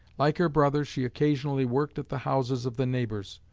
like her brother, she occasionally worked at the houses of the neighbors.